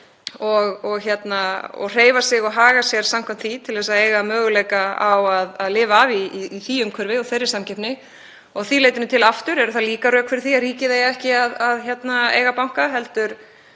og hreyfa sig og haga sér samkvæmt því til að eiga möguleika á að lifa af í því umhverfi og þeirri samkeppni. Að því leytinu til eru það líka rök fyrir því að ríkið eigi ekki að eiga banka heldur